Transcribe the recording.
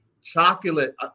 Chocolate